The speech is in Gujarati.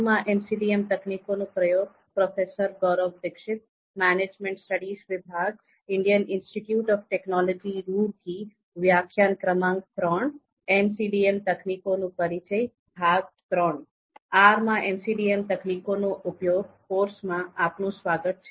'આર માં MCDM તકનીકો નો ઉપયોગ' કોર્સમાં આપનું સ્વાગત છે